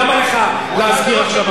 למה לך להזכיר עכשיו,